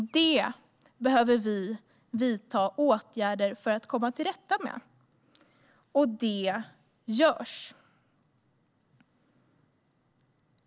Det behöver vi vidta åtgärder för att komma till rätta med, och det görs.